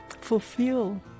fulfill